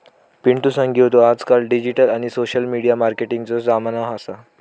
पिंटु सांगी होतो आजकाल डिजिटल आणि सोशल मिडिया मार्केटिंगचो जमानो असा